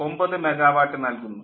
9 megawatt 6